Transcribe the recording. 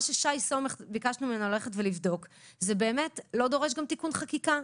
מה שביקשנו משי סומך ללכת לבדוק לא דורש תיקון חקיקה.